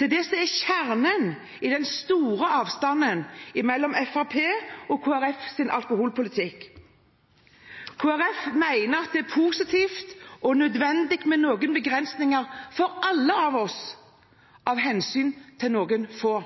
til det som er kjernen i den store avstanden mellom Fremskrittspartiets og Kristelig Folkepartis alkoholpolitikk. Kristelig Folkeparti mener at det er positivt og nødvendig med noen begrensninger for alle av oss, av hensyn til noen få.